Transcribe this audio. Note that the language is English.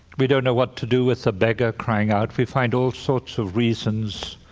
we don't know what to do with the beggar crying out. we find all sorts of reasons